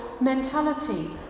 mentality